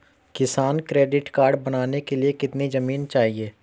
किसान credit card बनाने के लिए कितनी जमीन चाहिए?